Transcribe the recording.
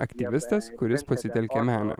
aktyvistas kuris pasitelkia meną